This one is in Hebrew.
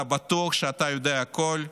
אתה בטוח שאתה יודע הכול.